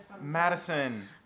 Madison